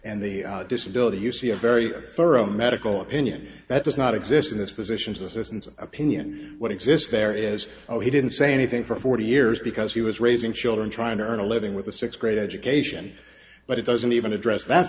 and the disability you see a very thorough medical opinion that does not exist in this physician's assistants opinion what exists there is zero he didn't say anything for forty years because he was raising children trying to earn a living with a sixth grade education but it doesn't even address that